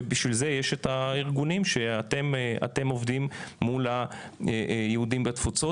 ולשם כך יש את הארגונים שאתם עובדים מול היהודים בתפוצות,